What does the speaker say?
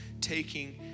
taking